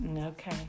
Okay